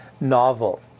novel